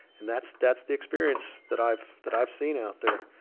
and that's that's the experience that i've that i've seen out there.